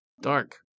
Dark